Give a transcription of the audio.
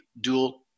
dual